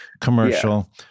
commercial